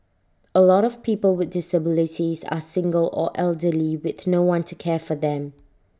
A lot of people with disabilities are single or elderly with no one to care for them